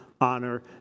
honor